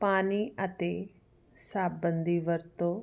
ਪਾਣੀ ਅਤੇ ਸਾਬਣ ਦੀ ਵਰਤੋਂ